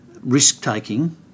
risk-taking